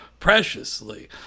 Preciously